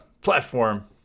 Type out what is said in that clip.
platform